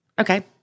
Okay